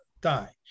die